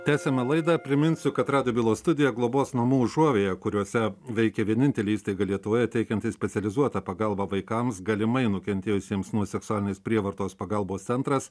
tęsiame laidą priminsiu kad radijo bylos studijoje globos namų užuovėja kuriuose veikia vienintelė įstaiga lietuvoje teikianti specializuotą pagalbą vaikams galimai nukentėjusiems nuo seksualinės prievartos pagalbos centras